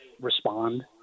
respond